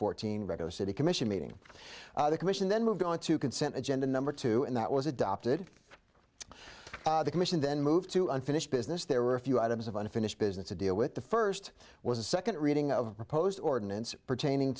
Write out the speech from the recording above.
fourteen regular city commission meeting the commission then moved onto consent agenda number two and that was adopted by the commission then moved to unfinished business there were a few items of unfinished business to deal with the first was a second reading of proposed ordinance pertaining